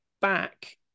back